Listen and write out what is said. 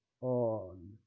on